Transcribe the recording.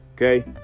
Okay